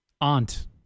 Aunt